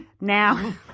Now